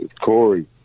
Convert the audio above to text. Corey